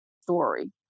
story